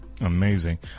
Amazing